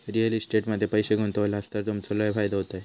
real estate मध्ये पैशे गुंतवलास तर तुमचो लय फायदो होयत